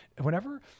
whenever